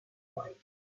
light